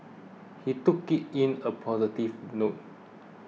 he took it in a positive note